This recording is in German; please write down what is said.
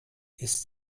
ist